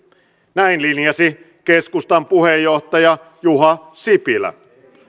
näin linjasi keskustan puheenjohtaja juha sipilä